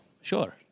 Sure